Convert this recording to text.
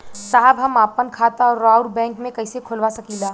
साहब हम आपन खाता राउर बैंक में कैसे खोलवा सकीला?